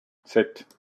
sept